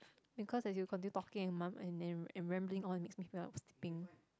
because as you continue talking and mum~ and then and rambling on it makes me feel like sleeping